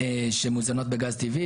שמוזנות בגז טבעי,